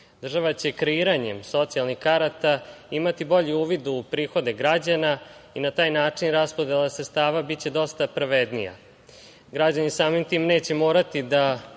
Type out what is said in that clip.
Država će kreiranjem socijalnih karata imati bolji uvid u prihode građana i na taj način raspodela sredstava biće dosta pravednija. Građani samim tim neće morati da